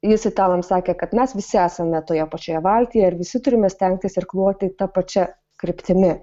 jis italams sakė kad mes visi esame toje pačioje valtyje ir visi turime stengtis irkluoti ta pačia kryptimi